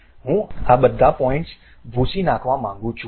હું આ બધા પોઇન્ટ્સ ભૂંસી નાખવા માંગુ છું